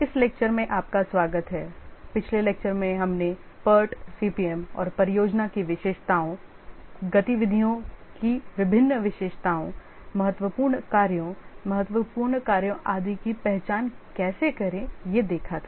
इस व्याख्यान में आपका स्वागत है पिछले व्याख्यान में हमने PERT CPM और परियोजना की विशेषताओं गतिविधियों की विभिन्न विशेषताओं महत्वपूर्ण कार्यों महत्वपूर्ण कार्यों आदि की पहचान कैसे करें यह देखा था